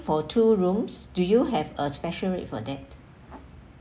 for two rooms do you have a special rate for that